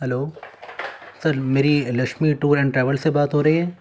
hello sir میری Lakshmi tour and travel سے بات ہو رہی ہے